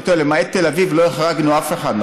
טועה: למעט תל אביב לא החרגנו אף אחד,